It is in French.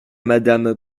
madame